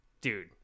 dude